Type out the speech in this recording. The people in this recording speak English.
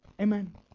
Amen